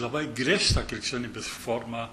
labai griežtą krikščionybės formą